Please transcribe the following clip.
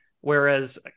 whereas